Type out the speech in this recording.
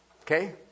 Okay